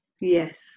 Yes